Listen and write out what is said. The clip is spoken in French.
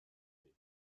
baie